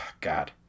god